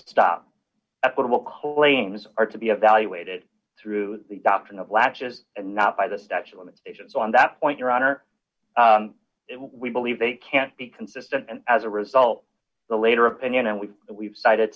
the top equitable claims are to be evaluated through the doctrine of latches and not by the statue limitations on that point your honor we believe they can't be consistent and as a result the later opinion and we we've cited